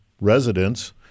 residents